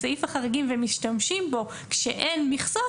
סעיף החריגים ומשתמשים בו כשאין מכסות,